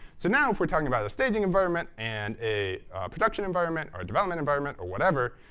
so now, if we're talking about a staging environment and a production environment or a development environment or whatever,